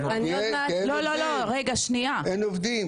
אני אסביר